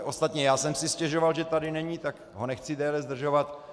Ostatně já jsem si stěžoval, že tady není, tak ho nechci déle zdržovat.